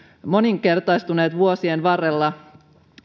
moninkertaistuneet vuosien varrella